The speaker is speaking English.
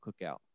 cookout